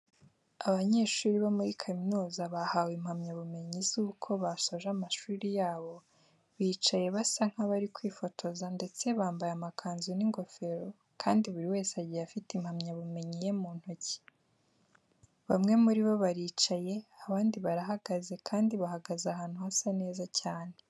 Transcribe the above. Abanyeshuri bo muri kaminuza bahawe impamyabumenyi z'uko basoje amasomo yabo, bicaye basa nk'abari kwifotoza ndetse bambaye amakanzu n'ingofero kandi buri wese agiye afite impamyabumenyi ye mu ntoki. Bamwe muri bo baricaye, abandi barahagaze kandi bahagaze ahantu hasa neza cyane.